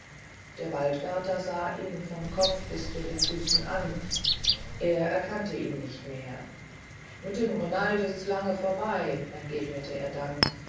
der waldwärter sah ihn von kopf bis zu den füßen an er erkannte ihn nicht mehr mit dem renald ist's lange vorbei entgegnete er dann